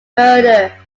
murder